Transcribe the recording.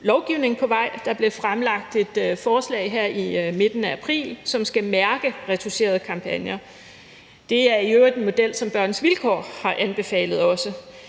lovgivning på vej. Der blev fremlagt et forslag her i midten af april, som skal gøre, at man skal mærke retoucherede kampagner. Det er i øvrigt en model, som Børns Vilkår også har anbefalet.